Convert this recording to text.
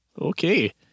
Okay